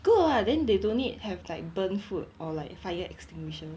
good [what] then they don't need have like burn food or like fire extinguisher